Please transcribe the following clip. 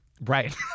right